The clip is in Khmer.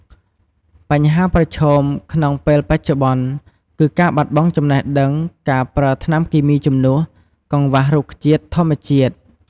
បញ្ហាប្រឈមក្នុងពេលបច្ចុប្បន្ន គឺការបាត់បង់ចំណេះដឹង, ការប្រើថ្នាំគីមីជំនួស, កង្វះរុក្ខជាតិធម្មជាតិ។